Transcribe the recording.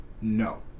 No